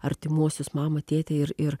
artimuosius mamą tėtį ir ir